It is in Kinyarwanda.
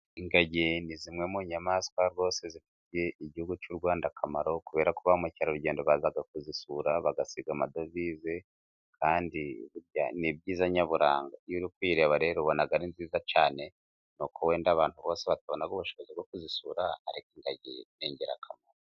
Ingagi ni zimwe mu nyamaswa rwose zifitiye igihugu cy'Urwanda akamaro, kubera ko bamukerarugendo baza kuzisura bagasiga amadovize, Kandi ni byiza nyaburanda. Iyo urikuyireba ubona arinziza cyane nuko wenda abantu bose batabina ubushobozi bwo kuzisura ariko ingigi ningirakamaro